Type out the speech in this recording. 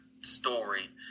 story